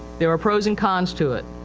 there are pros and cons to it.